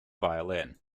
violin